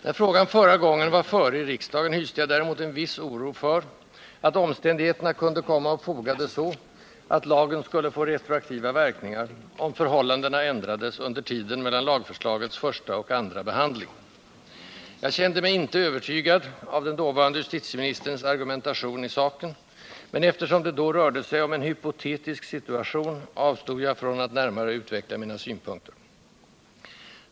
När frågan förra gången var före i riksdagen hyste jag däremot en viss oro för att omständigheterna kunde komma att foga det så, att lagen skulle kunna få retroaktiva verkningar, om förhållandena ändrades under tiden mellan lagförslagets första och andra behandling. Jag kände mig inte övertygad av den dåvarande justitieministerns argumentation i saken — men eftersom det då rörde sig om en hypotetisk situation avstod jag från att närmare utveckla mina synpunkter.